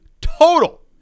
total